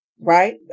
right